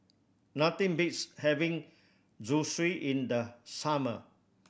nothing beats having Zosui in the summer